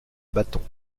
bâtons